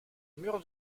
mur